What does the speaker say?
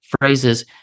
phrases